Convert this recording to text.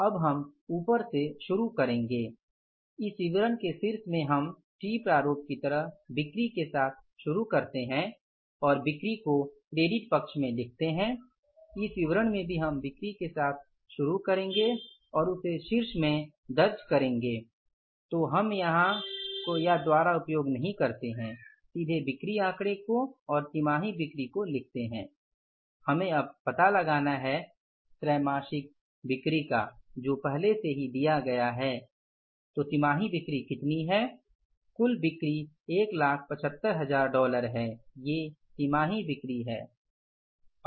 अब हम ऊपर से शुरू करेंगे इस विवरण के शीर्ष में हम टी प्रारूप की तरह बिक्री के साथ शुरू करते है और बिक्री को क्रेडिट पक्ष में लिखते है इस विवरण में भी हम बिक्री के साथ शुरू करेंगे और उसे शीर्ष में दर्ज करेंगे तो हम यहाँ को या द्वारा का उपयोग नहीं करते हैं सीधे बिक्री आकड़ो को और तिमाही बिक्री को लिखते हैं हमें अब पता लगाना है त्रैमासिक बिक्री का जो पहले से ही दिया गया है तो तिमाही बिक्री कितनी है कुल बिक्री 175000 डॉलर हैं ये तिमाही बिक्री हैं